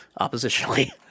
oppositionally